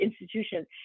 institutions